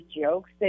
jokes